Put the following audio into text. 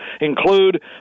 include